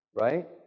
Right